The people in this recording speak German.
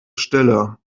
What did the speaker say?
stille